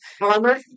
armor